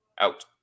Out